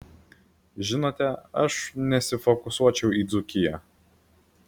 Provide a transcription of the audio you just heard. žinote aš nesifokusuočiau į dzūkiją